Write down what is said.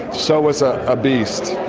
soa's a ah beast.